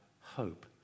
hope